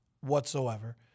whatsoever